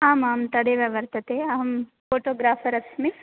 आमां तदेव वर्तते अहं फ़ोटोग्राफ़र् अस्मि